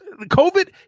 COVID